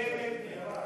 ילד נהרג.